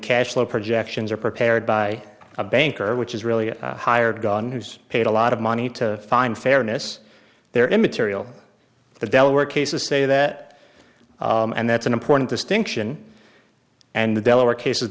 cash flow projections are prepared by a banker which is really a hired gun who's paid a lot of money to find fairness they're immaterial the delaware cases say that and that's an important distinction and the delaware cases